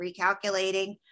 recalculating